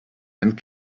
and